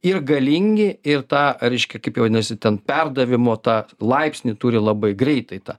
ir galingi ir tą reiškia kaip jie vadinasi ten perdavimo tą laipsnį turi labai greitai tą